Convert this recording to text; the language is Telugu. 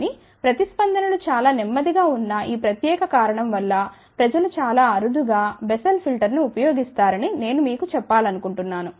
కానీ ప్రతిస్పందన లు చాలా నెమ్మదిగా ఉన్న ఈ ప్రత్యేక కారణం వల్ల ప్రజలు చాలా అరుదుగా బెస్సెల్ ఫిల్టర్ను ఉపయోగిస్తారని నేను మీకు చెప్పాలనుకుంటున్నాను